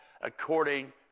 according